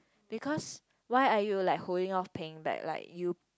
because why are you like holding off paying back like you